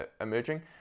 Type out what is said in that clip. emerging